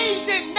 Asian